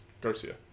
Garcia